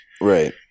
Right